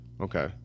okay